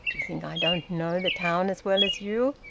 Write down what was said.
d'you think i don't know the town as well as you?